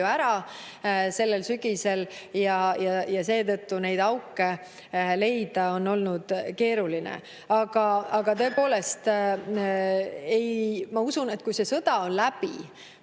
ära sellel sügisel ja seetõttu neid auke leida on olnud keeruline. Aga tõepoolest, ma usun, et kui see sõda on läbi,